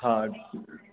हा